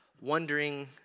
wondering